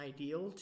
ideal